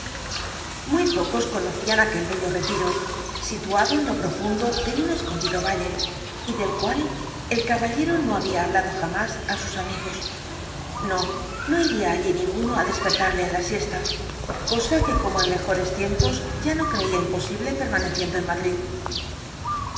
muy pocos conocían aquel bello retiro situado en lo profundo de un escondido valle y del cual el caballero no había hablado jamás á sus amigos no no iría allí ninguno á despertarle en la siesta cosa que como en mejores tiempos ya no creía imposible permaneciendo en madrid